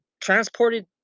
transported